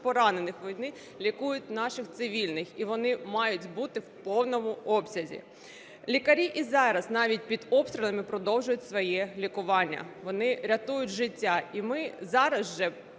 поранених, вони лікують наших цивільних і вони мають бути в повному обсязі. Лікарі і зараз навіть під обстрілами продовжують своє лікування, вони рятують життя. І ми зараз